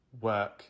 work